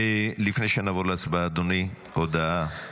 לפני שנעבור להצבעה, אדוני, הודעה.